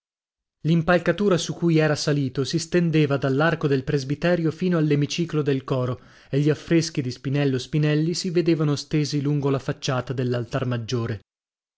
l'impalcatura su cui era salito si stendeva dall'arco del presbiterio fino all'emiciclo del coro e gli affreschi di spinello spinelli si vedevano stesi lungo la facciata dell'altar maggiore